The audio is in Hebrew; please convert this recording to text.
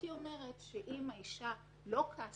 למשל ניסיון להשתיק את הקורבן כך שהיא לא תוכל